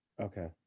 okay